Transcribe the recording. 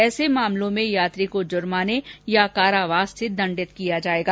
ऐसे मामलों में यात्री को जुर्माने या कारावास से दंडित किया जायेगा